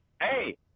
Hey